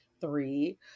three